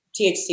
THC